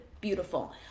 beautiful